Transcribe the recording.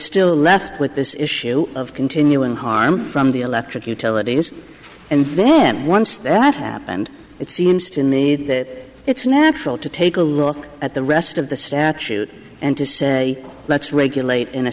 still left with this issue of continuing harm from the electric utilities and then once that happened it seems to need that it's natural to take a look at the rest of the statute and to say let's regulate in a